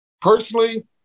personally